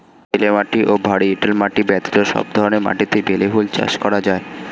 বেলে মাটি ও ভারী এঁটেল মাটি ব্যতীত সব ধরনের মাটিতেই বেলি ফুল চাষ করা যায়